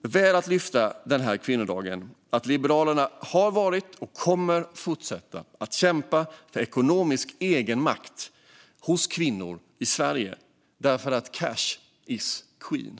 Väl värt att lyfta denna kvinnodag är att Liberalerna har kämpat och kommer att fortsätta kämpa för ekonomisk egenmakt för kvinnor i Sverige - därför att cash is queen.